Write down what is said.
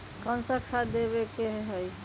कोन सा खाद देवे के हई?